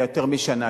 היה לפני יותר משנה,